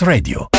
Radio